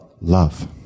love